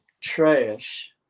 trash